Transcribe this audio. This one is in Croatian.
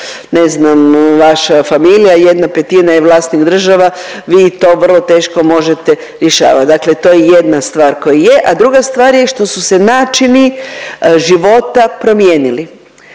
ne znam vaša familija, 1/5 je vlasnik država vi to vrlo teško možete rješavati. Dakle to je jedna stvar koja je, a druga stvar je što su se načini života promijenili.